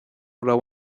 raibh